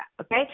okay